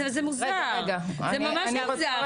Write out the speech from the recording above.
זה ממש מוזר.